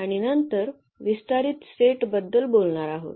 आणि नंतर विस्तारित सेट बद्दल बोलणार आहोत